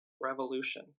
Revolution